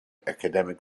academic